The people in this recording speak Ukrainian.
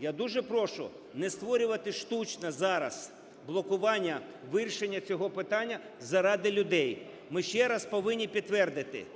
Я дуже прошу не створювати штучно зараз блокування вирішення цього питання заради людей. Ми ще раз повинні підтвердити,